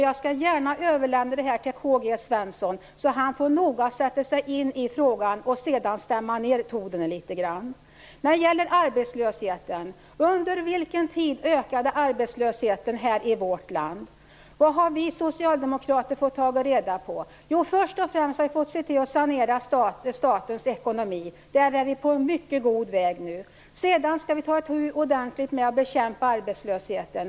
Jag skall gärna överlämna det till Karl-Gösta Svenson så att han noga kan sätta sig in i frågan för att sedan kunna stämma ned tonen litet grand. Under vilken tid ökade arbetslösheten här i vårt land? Vad har vi socialdemokrater fått ta reda på? Jo, först och främst har vi fått sanera statens ekonomi. Och vi är på mycket god väg nu. Sedan skall vi ordentligt ta itu med att bekämpa arbetslösheten.